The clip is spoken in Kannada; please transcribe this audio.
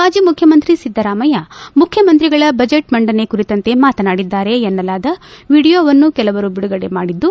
ಮಾಜಿ ಮುಖ್ಯಮಂತ್ರಿ ಸಿದ್ದರಾಮಯ್ಯ ಮುಖ್ಯಮಂತ್ರಿಗಳ ಬಜೆಟ್ ಮಂಡನೆ ಕುರಿತಂತೆ ಮಾತನಾಡಿದ್ದಾರೆ ಎನ್ನಲಾದ ಎಡಿಯೋವನ್ನು ಕೆಲವರು ಬಿಡುಗಡೆ ಮಾಡಿದ್ದು